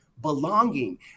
belonging